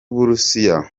burusiya